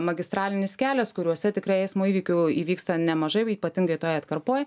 magistralinis kelias kuriuose tikrai eismo įvykių įvyksta nemažai ypatingai toj atkarpoj